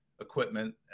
equipment